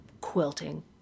quilting